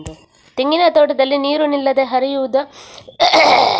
ತೆಂಗಿನ ತೋಟದಲ್ಲಿ ನೀರು ನಿಲ್ಲದೆ ಹರಿಯುವ ಹಾಗೆ ಮಾಡುವುದು ಹೇಗೆ?